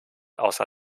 außer